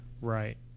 right